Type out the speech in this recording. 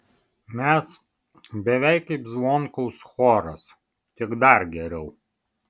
mes beveik kaip zvonkaus choras tik dar geriau